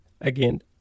Again